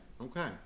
okay